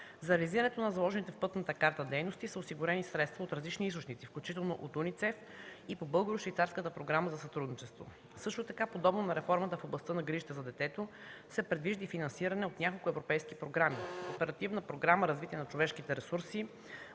За реализирането на заложените в пътната карта дейности са осигурени средства от различни източници, включително от УНИЦЕФ и по Българо-швейцарската програма за сътрудничество. Също така, подобно на реформата в областта на грижите за детето се предвижда и финансиране от няколко европейски програми: Оперативна програма „Развитие на човешките ресурси”;